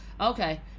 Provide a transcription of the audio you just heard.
Okay